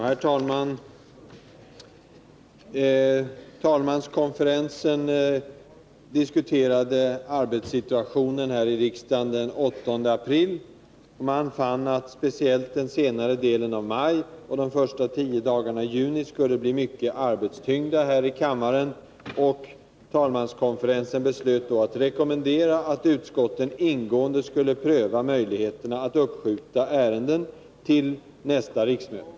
Herr talman! Talmanskonferensen diskuterade arbetssituationen i riksdagen den 8 april. Man fann att speciellt den senare delen av maj och de första tio dagarna i juni skulle bli mycket arbetstyngda här i kammaren. Talmanskonferensen beslöt då att rekommendera att utskottet ingående skulle pröva möjligheten att skjuta upp ärenden till nästa riksmöte.